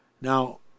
Now